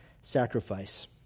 sacrifice